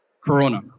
Corona